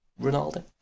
Ronaldo